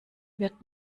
wird